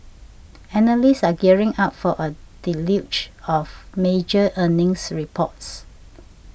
analysts are gearing up for a deluge of major earnings reports